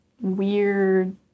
weird